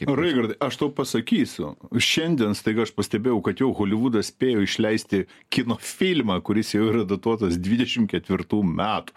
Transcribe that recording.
raigardai aš tau pasakysiu šiandien staiga aš pastebėjau kad jau holivudas spėjo išleisti kino filmą kuris jau yra datuotas dvidešimt ketvirtų metų